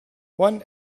one